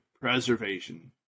preservation